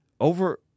over